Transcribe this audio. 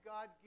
God